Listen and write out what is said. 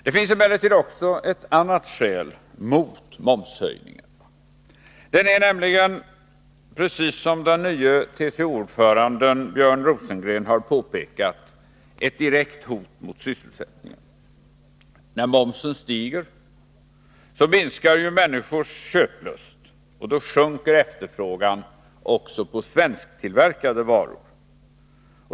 Det finns också ett annat skäl mot momshöjning. Den är nämligen, precis som den nye TCO-ordföranden Björn Rosengren har påpekat, ett direkt hot mot sysselsättningen. När momsen stiger minskar ju människors köplust, och då sjunker efterfrågan också på svensktillverkade varor.